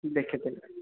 ଦେଖା